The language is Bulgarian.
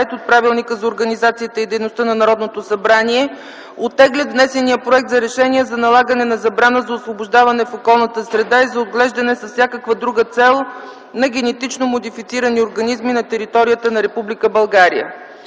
от Правилника за организацията и дейността на Народното събрание оттеглят внесения Проект за решение за налагане на забрана за освобождаване в околната среда и за отглеждане с всякаква друга цел на генетично модифицирани организми на територията на Република България.